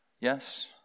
Yes